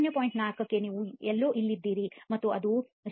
4 ಕ್ಕೆ ನೀವು ಎಲ್ಲೋ ಇಲ್ಲಿದ್ದೀರಿ ಅದು 0